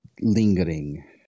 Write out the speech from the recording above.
lingering